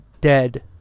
dead